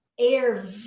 Air